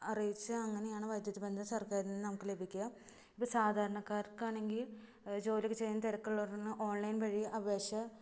അറിയിച്ചാല് അങ്ങനെയാണ് വൈദ്യുതിബന്ധം സര്ക്കാരില് നിന്ന് നമുക്ക് ലഭിക്കുക ഇത് സാധാരണക്കാര്ക്കാണെങ്കില് ജോലി ഒക്കെ ചെയ്യാന് തിരക്ക് ഉള്ളവര്ക്ക് ഓണ്ലൈന് വഴി അപേക്ഷ